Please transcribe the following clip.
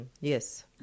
yes